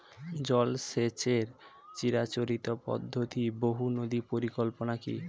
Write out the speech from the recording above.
জল সেচের চিরাচরিত পদ্ধতি বহু নদী পরিকল্পনা কি?